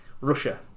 Russia